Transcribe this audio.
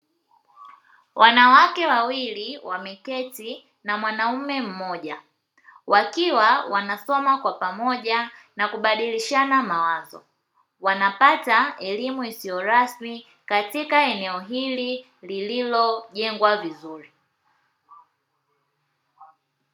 Wanawake wawili wameketi na mwanaume mmoja, wakiwa wanasoma kwa pamoja na kubadilishana mawazo; wanapata elimu isiyo rasmi katika eneo hili lililojengwa vizuri.